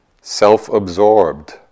self-absorbed